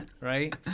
right